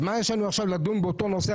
אז מה יש לנו עכשיו לדון באותו נושא?